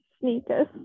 sneakers